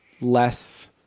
less